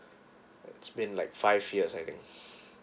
spend like five years I think